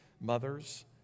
mothers